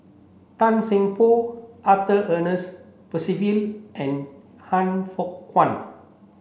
Tan Seng Poh Arthur Ernest Percival and Han Fook Kwang